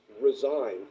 resigned